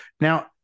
Now